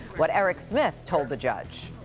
what eric smith told the judge.